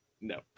No